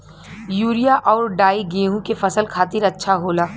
urea आउर डाई गेहूं के फसल खातिर अच्छा होला